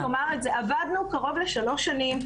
עבדנו קרוב לשלוש שנים.